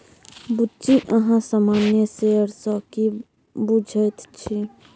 बुच्ची अहाँ सामान्य शेयर सँ की बुझैत छी?